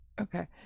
Okay